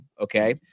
Okay